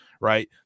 Right